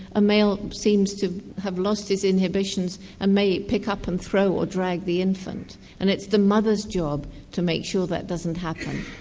a male seems to have lost his inhibitions and may pick up and throw or drag the infant and it's the mother's job to make sure that doesn't happen,